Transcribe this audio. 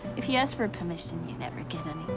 if you ask for permission, you never get it,